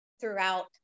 throughout